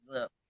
up